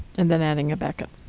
and then adding a backup,